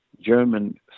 German